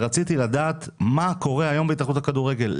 רציתי לדעת מה קורה היום בהתאחדות הכדורגל,